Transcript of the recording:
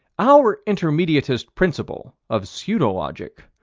our intermediatist principle of pseudo-logic,